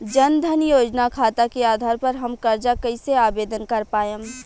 जन धन योजना खाता के आधार पर हम कर्जा कईसे आवेदन कर पाएम?